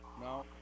No